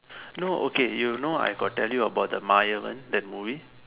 no okay you know I got tell you about the Maayavan that movie